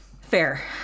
Fair